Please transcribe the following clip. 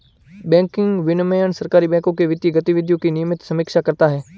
banking विनियमन सहकारी बैंकों के वित्तीय गतिविधियों की नियमित समीक्षा करता है